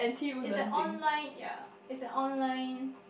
is an online ya is an online